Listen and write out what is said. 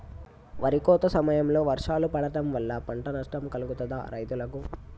వరి కోత సమయంలో వర్షాలు పడటం వల్ల పంట నష్టం కలుగుతదా రైతులకు?